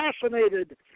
fascinated